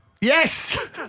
Yes